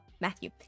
Matthew